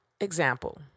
example